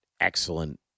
excellent